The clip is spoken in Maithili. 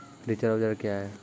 रिचर औजार क्या हैं?